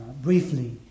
briefly